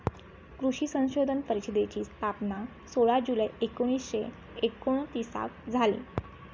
कृषी संशोधन परिषदेची स्थापना सोळा जुलै एकोणीसशे एकोणतीसाक झाली